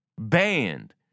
banned